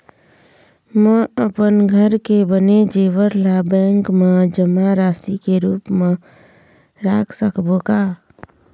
म अपन घर के बने जेवर ला बैंक म जमा राशि के रूप म रख सकबो का?